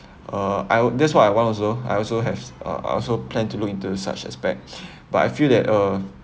uh I'll that's what I want also I also have uh I also plan to look into such aspect but I feel that uh